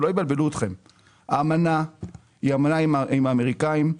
האמנה היא אמנה עם האמריקאים.